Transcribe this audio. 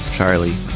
Charlie